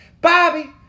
Bobby